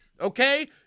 Okay